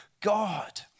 God